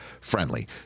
friendly